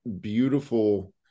beautiful